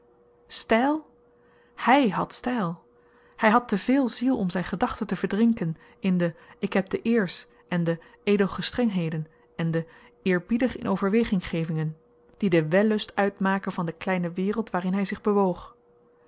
styl hy had styl hy had te veel ziel om zyn gedachten te verdrinken in de ik heb de eers en de edelgestrengheden en de eerbiedig inoverweging gevingen die den wellust uitmaken van de kleine wereld waarin hy zich bewoog